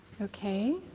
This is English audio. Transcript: Okay